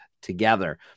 together